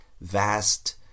vast